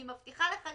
אני מבטיחה לך,